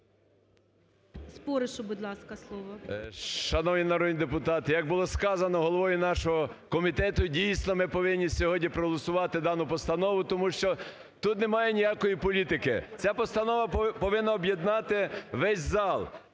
11:49:10 СПОРИШ І.Д. Шановні народні депутати, як було сказано головою нашого комітету, дійсно ми повинні сьогодні проголосувати дану постанову, тому що тут немає ніякої політики. Ця постанова повинна об'єднати весь зал.